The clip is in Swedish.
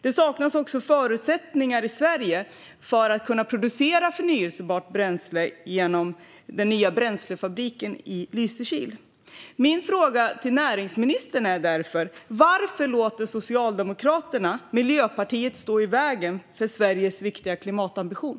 Det saknas förutsättningar i Sverige att producera förnybart bränsle genom den nya bränslefabriken i Lysekil. Min fråga till näringsministern är därför: Varför låter Socialdemokraterna Miljöpartiet stå i vägen för Sveriges viktiga klimatambition?